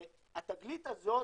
התגלית הזאת